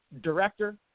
Director